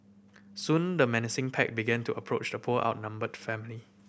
soon the menacing pack began to approach the poor outnumbered family